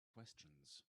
questions